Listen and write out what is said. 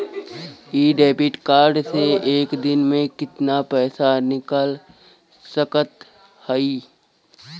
इ debit card से एक दिन मे कितना पैसा निकाल सकत हई?